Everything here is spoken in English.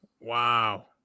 Wow